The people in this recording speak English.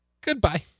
Goodbye